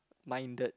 minded